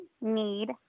need